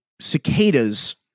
cicadas